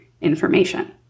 information